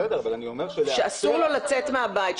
שאסור לו לצאת מהבית.